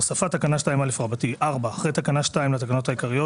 הוספת תקנה 2א 4. אחרי תקנה 2 לתקנות העיקריות